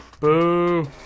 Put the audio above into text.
boo